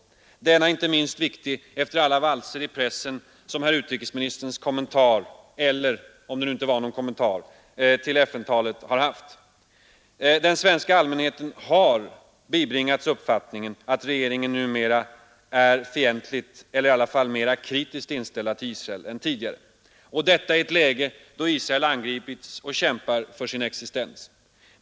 Denna markering är inte minst viktig efter alla valser i pressen som herr utrikesministerns kommentar — även om det nu inte var en kommentar — till FN-talet har gjort. Den svenska allmänheten har bibringats uppfattningen att regeringen numera är fientligt — eller i varje fall mera kritiskt — inställd till Israel än tidigare. Och detta i ett läge då Israel angripits och kämpar för sin existens.